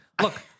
Look